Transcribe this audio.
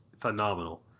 phenomenal